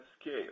scale